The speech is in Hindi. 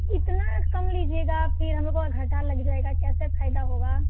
इतना कम लीजिएगा फिर हमको घाटा लग जाएगा कैसे फ़ायदा होगा